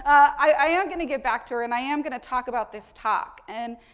i am going to get back to her and i am going to talk about this talk. and,